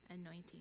anointing